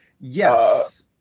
Yes